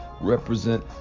represent